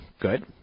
good